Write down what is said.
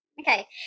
Okay